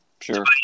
sure